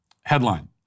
Headline